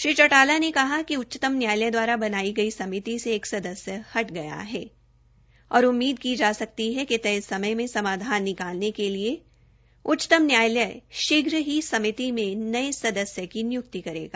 श्री चौटाला ने कहा कि उच्चतम न्यायालय द्वारा बनाई गइ समिति से एक सदस्य हट गया है और उममीद की जा सकती है कि तय समय में समाधान निकालने के लिए उचचतम न्यायालय शीघ्र ही समिति में नये सदस्य की नियुक्ति करेगा